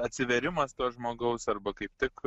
atsivėrimas to žmogaus arba kaip tik